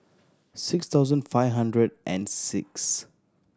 six thousand five hundred and six